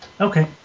Okay